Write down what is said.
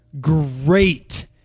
Great